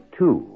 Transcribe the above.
two